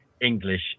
English